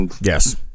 Yes